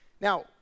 Now